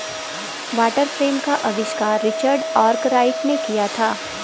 water frame का आविष्कार Richard Arkwright ने किया था